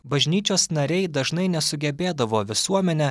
bažnyčios nariai dažnai nesugebėdavo visuomenę